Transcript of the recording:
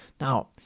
Now